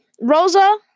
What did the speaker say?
Rosa